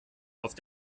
auf